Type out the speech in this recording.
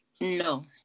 No